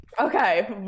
okay